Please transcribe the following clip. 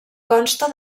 consta